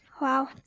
Wow